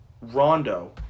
Rondo